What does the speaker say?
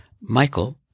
Michael